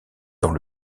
dans